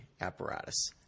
apparatus